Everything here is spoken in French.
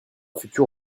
futur